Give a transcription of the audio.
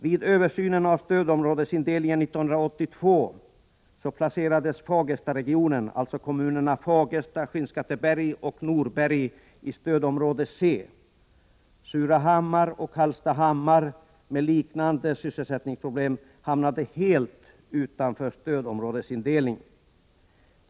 Vid översynen av stödområdesindelningen 1982 placerades Fagerstaregionen — kommunerna Fagersta, Skinnskatteberg och Norberg — i stödområde C. Surahammar och Hallstahammar som har liknande sysselsättningsproblem hamnade helt utanför stödområdesindelningen.